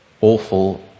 awful